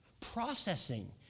processing